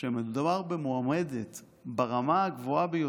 שמדובר במועמדת ברמה הגבוהה ביותר,